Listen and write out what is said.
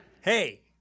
Hey